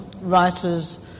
writers